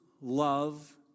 love